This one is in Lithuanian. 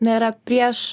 na yra prieš